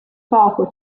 poco